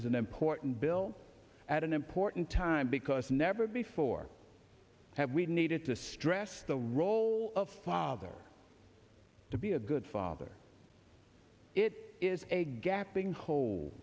is an important bill at an important time because never before have we needed to stress the role of father to be a good father it is a gapping hole